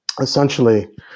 Essentially